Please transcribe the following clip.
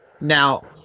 Now